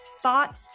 thought